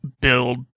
build